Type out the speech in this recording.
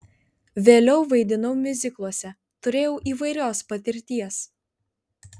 vėliau vaidinau miuzikluose turėjau įvairios patirties